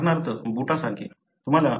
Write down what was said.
उदाहरणार्थ बुटा सारखे